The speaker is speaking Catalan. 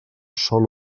sòl